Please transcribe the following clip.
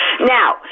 now